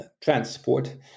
transport